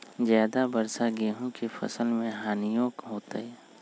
ज्यादा वर्षा गेंहू के फसल मे हानियों होतेई?